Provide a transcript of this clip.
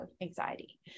anxiety